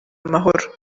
amahoro